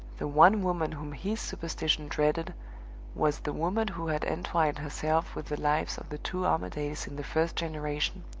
the one woman whom his superstition dreaded was the woman who had entwined herself with the lives of the two armadales in the first generation,